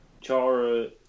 Chara